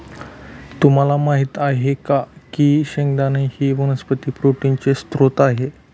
तुम्हाला माहित आहे का की शेंगदाणा ही वनस्पती प्रोटीनचे स्त्रोत आहे